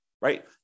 Right